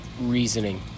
Reasoning